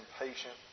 impatient